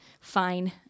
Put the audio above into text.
fine